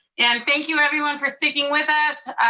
and thank you everyone for sticking with us.